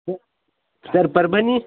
स सर परभणी